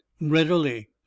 readily